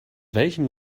welchem